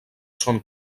són